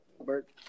Bert